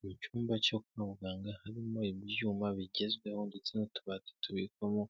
Mu cyumba cyo kwa muganga harimo ibyuma bigezweho ndetse n'utubati tubikwamo